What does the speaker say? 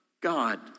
God